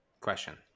question